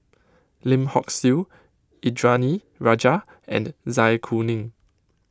Lim Hock Siew Indranee Rajah and Zai Kuning